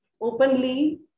openly